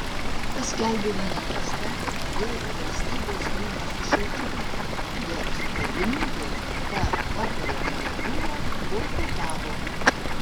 paskelbė manifestą dėl valstybės dūmos sušaukimo bet darbininkai tą patariamąją dūmą boikotavo